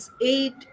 eight